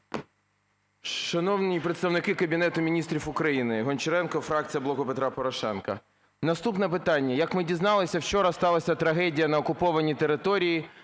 Шановні представники Кабінету Міністрів України! Гончаренко, фракція "Блок Петра Порошенка". Наступне питання. Як ми дізналися, вчора сталася трагедія на окупованій території,